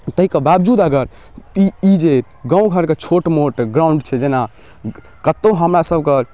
ताहिके बावजूद अगर ई ई जे गामघरके छोट मोट ग्राउण्ड छै जेना कतहु हमरासभके